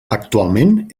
actualment